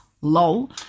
Lol